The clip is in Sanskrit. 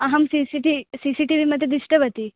अहम् C C T C C T V मध्ये दृष्टवती